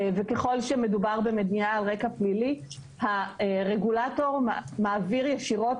וככל שמדובר על מידע על רקע פלילי הרגולטור מעביר ישירות